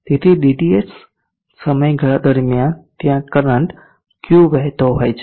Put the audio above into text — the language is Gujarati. તેથી dTS સમયગાળા દરમિયાન ત્યાં કરંટ કરંટ Q વહેતો હોય છે